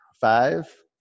Five